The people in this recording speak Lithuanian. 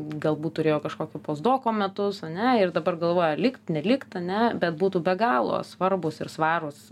galbūt turėjo kažkokį pozdoko metus ane ir dabar galvoja likt nelikt ane bet būtų be galo svarbūs ir svarūs